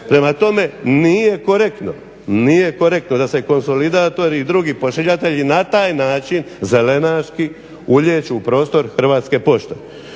Prema tome, nije korektno da se konsolidatori i drugi pošiljatelji na taj način zelenaški ulijeću u prostor Hrvatske pošte.